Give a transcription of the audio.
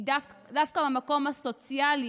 כי דווקא במקום הסוציאלי,